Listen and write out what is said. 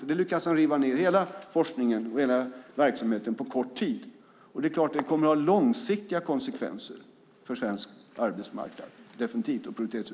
Där lyckades han riva ned all forskning och hela verksamheten på kort tid. Det kommer definitivt att ha långsiktiga konsekvenser för svensk arbetsmarknad och produktivitetsutveckling.